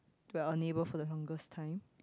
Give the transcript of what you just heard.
been our neighbour for the longest time